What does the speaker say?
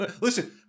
Listen